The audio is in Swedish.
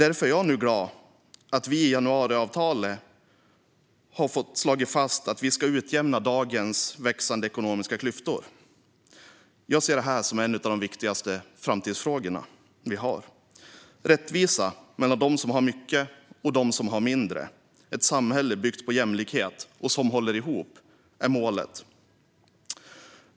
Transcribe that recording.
Därför är jag nu glad att vi i januariavtalet har slagit fast att vi ska utjämna dagens växande ekonomiska klyftor. Jag ser detta som en av våra viktigaste framtidsfrågor. Rättvisa mellan dem som har mycket och dem som har mindre och ett samhälle byggt på jämlikhet och som håller ihop är målet.